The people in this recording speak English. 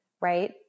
right